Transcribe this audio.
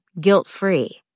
guilt-free